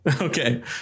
Okay